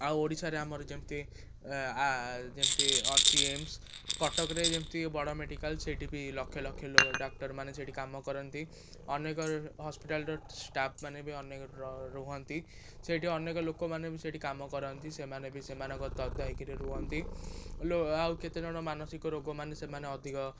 ଆଉ ଓଡ଼ିଶାରେ ଆମର ଯେମିତି ଯେମିତି ଅଛି ଏମ୍ସ କଟକରେ ଯେମିତି ବଡ଼ ମେଡ଼ିକାଲ ସେଠିବି ଲକ୍ଷ ଲକ୍ଷ ଡକ୍ଟର ମାନେ ସେଠି କାମ କରନ୍ତି ଅନେକ ହସ୍ପିଟାଲର ଷ୍ଟାଫ୍ ମାନେ ବି ଅନେକ ରୁହନ୍ତି ସେଇଠି ଅନେକ ଲୋକମାନେ ବି ସେଇଠି କାମ କରନ୍ତି ସେମାନେ ବି ସେମାନଙ୍କ ହୋଇ କରି ରୁହନ୍ତି ଆଉ କେତେଜଣ ମାନସିକ ରୋଗମାନେ ସେମାନେ ଅଧିକ